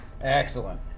Excellent